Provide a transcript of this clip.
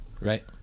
Right